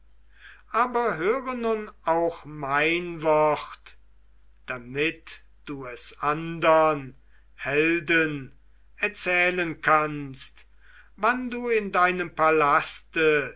aber höre nun auch mein wort damit du es andern helden erzählen kannst wann du in deinem palaste